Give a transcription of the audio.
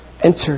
enter